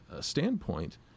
standpoint